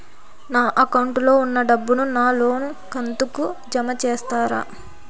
నా అకౌంట్ లో ఉన్న డబ్బును నా లోను కంతు కు జామ చేస్తారా?